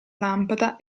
lampada